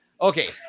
Okay